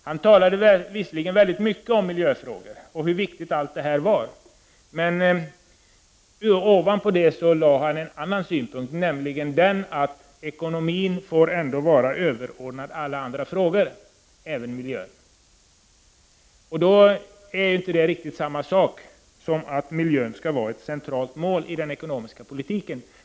Han talade visserligen väldigt mycket om 22 november 1989 miljöfrågor och hur viktiga de är, men han sade också att ekonomin måste = vara överordnad alla andra frågor, även miljöfrågorna. Då är detta inte samma sak som att miljön skall vara ett centralt mål i den ekonomiska politiken.